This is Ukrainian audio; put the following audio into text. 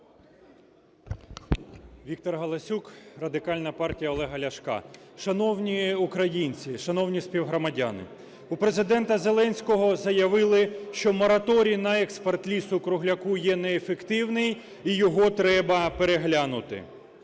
Віктор Галасюк, Радикальна партія Олега Ляшка. Шановні українці, шановні співгромадяни, у Президента Зеленського заявили, що мораторій на експорт лісу-кругляка є неефективний і його треба переглянути.